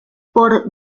por